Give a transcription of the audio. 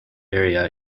area